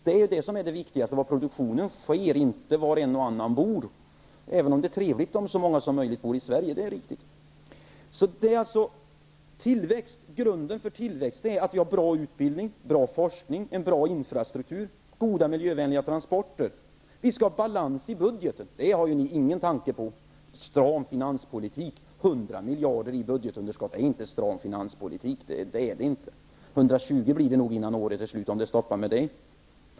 Det viktigaste är ju var produktionen sker, inte var en och annan bor, även om det är trevligt om så många som möjligt bor i Sverige. Grunden för tillväxt är att vi har bra utbildning, bra forskning, bra infrastruktur, goda och miljövänliga transporter. Vi skall ha balans i budgeten -- det har ju ni ingen tanke på. Stram finanspolitik? 100 miljarder i budgetunderskott, det är inte stram finanspolitik. 120 miljarder blir det nog innan året är slut, om det stoppar med det.